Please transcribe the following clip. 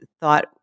thought